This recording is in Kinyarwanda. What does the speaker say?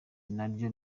naryo